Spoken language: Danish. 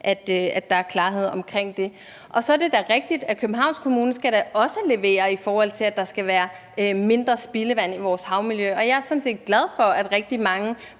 så der er klarhed om det. Så er det da rigtigt, at Københavns Kommune også skal levere, i forhold til at der skal være mindre spildevand i vores havmiljø, og jeg er sådan set glad for, at rigtig mange